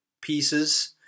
pieces